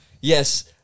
yes